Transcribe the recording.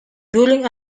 during